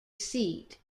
seat